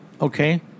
Okay